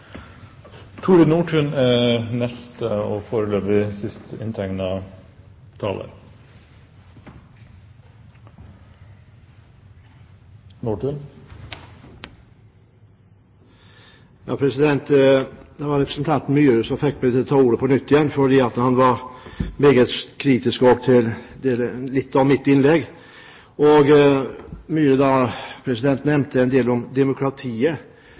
Det var representanten Myhre som fikk meg til å ta ordet på nytt, for han var meget kritisk til deler av mitt innlegg. Myhre nevnte en del om demokratiet,